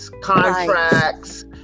contracts